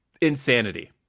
insanity